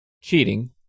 cheating